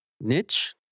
niche